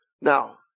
Now